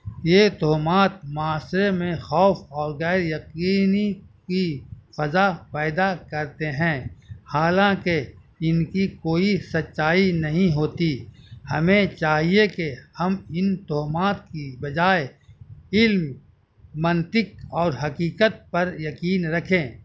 یہ تہمات معاشرے میں خوف اور غیر یقینی کی فضا پیدا کرتے ہیں حالاںکہ ان کی کوئی سچائی نہیں ہوتی ہمیں چاہیے کہ ہم ان تہمات کی بجائے علم منطق اور حقیقت پر یقین رکھیں